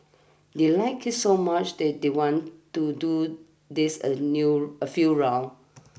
they liked it so much that they want to do this a new a few rounds